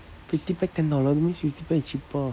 fifty pack ten dollar means fifty pack is cheaper